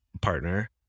partner